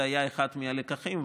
זה היה אחד הלקחים,